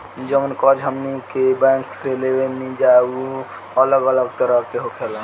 जवन कर्ज हमनी के बैंक से लेवे निजा उ अलग अलग तरह के होखेला